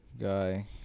guy